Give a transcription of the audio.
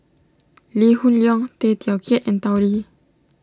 Lee Hoon Leong Tay Teow Kiat and Tao Li